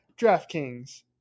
DraftKings